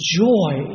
joy